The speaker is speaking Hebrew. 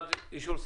הצבעה בעד, 2 נגד,